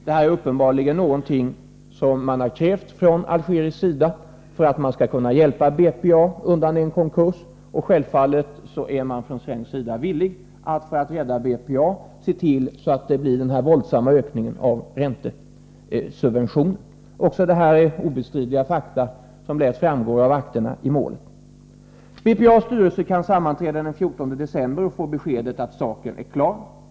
Det här är uppenbarligen någonting som man har krävt från algerisk sida för att man skall kunna hjälpa BPA undan en konkurs. Självfallet är man från svensk sida villig att se till att det blir den här våldsamma ökningen av räntesubventionen för att rädda BPA. Också detta är obestridliga fakta som tydligt framgår av akterna i målet. BPA:s styrelse kan sammanträda den 14 december och får beskedet att saken är klar.